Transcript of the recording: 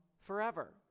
Forever